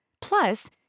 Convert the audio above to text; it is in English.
Plus